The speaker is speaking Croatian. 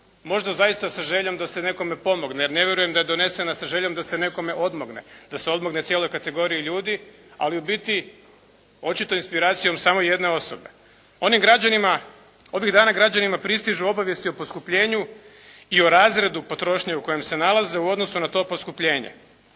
možda zaista sa željom da se nekome pomogne jer ne vjerujem da je donesen s željom da se nekome odmogne, da se odmogne cijeloj kategoriji ljudi, ali ubiti očito inspiracijom samo jedne osobe. Ovih dana građanima pristižu obavijesti o poskupljenju i o razredu potrošnje u kojem se nalaze u odnosu na to poskupljenje.